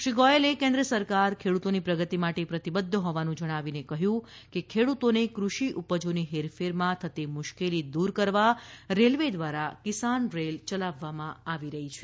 શ્રી ગોયલે કેન્દ્ર સરકાર ખેડૂતોની પ્રગતિ માટે પ્રતિબદ્ધ હોવાનું જણાવીને કહ્યું કે ખેડૂતોને કૃષિ ઉપજોની હેરફેરમાં થતી મુશ્કેલી દૂર કરવા રેલવે દ્વારા કિશાન રેલ યલાવવામાં આવી રહી છે